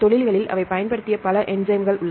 தொழில்களில் அவை பயன்படுத்திய பல என்ஸைம்கள் உள்ளன